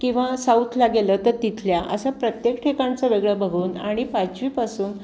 किंवा साऊथला गेलं तर तिथल्या असं प्रत्येक ठिकाणचं वेगळं बघून आणि पाचवीपासून